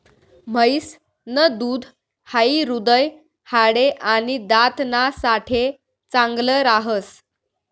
म्हैस न दूध हाई हृदय, हाडे, आणि दात ना साठे चांगल राहस